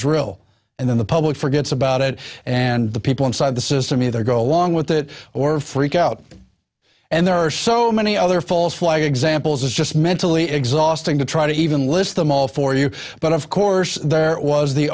drill and then the public forgets about it and the people inside the system either go along with it or freak out and there are so many other false flag examples it's just mentally exhausting to try to even list them all for you but of course there was the